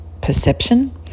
perception